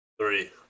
Three